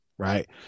right